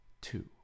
two